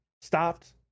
stopped